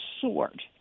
sword